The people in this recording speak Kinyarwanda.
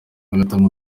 bagatanga